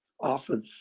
often